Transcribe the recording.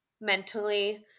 mentally